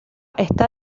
está